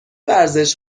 ورزش